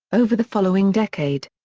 over the following decade.